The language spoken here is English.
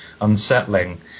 unsettling